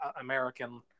American